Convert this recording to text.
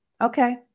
Okay